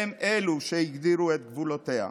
והם אלו שהגדירו את גבולותיה.